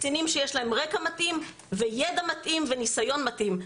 קצינים שיש להם רקע מתאים וידע מתאים וניסיון מתאים.